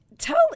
Tell